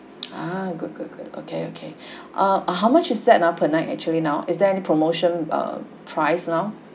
ah good good good okay okay uh how much is that ah per night actually now is there any promotion err price now